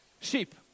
sheep